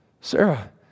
Sarah